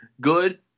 good